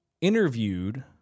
interviewed